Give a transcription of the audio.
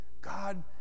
God